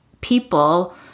people